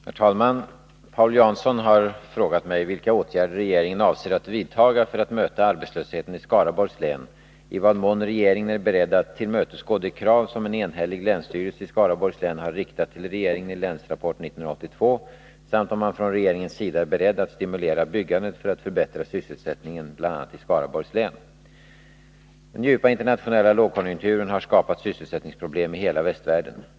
Herr talman! Paul Jansson har frågat mig vilka åtgärder regeringen avser att vidta för att möta arbetslösheten i Skaraborgs län, i vad mån regeringen är beredd att tillmötesgå de krav som en enhällig länsstyrelse i Skaraborgs län har riktat till regeringen i Länsrapport 1982 samt om man från regeringens sida är beredd att stimulera byggandet för att förbättra sysselsättningen bl.a. i Skaraborgs län. Den djupa internationella lågkonjunkturen har skapat sysselsättningsproblem i hela västvärlden.